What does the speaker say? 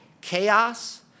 chaos